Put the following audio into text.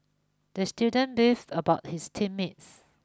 the student beefed about his team mates